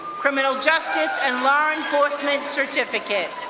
criminal justice and law enforcement certificate.